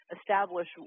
establish